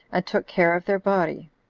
and took care of their body,